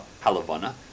halavana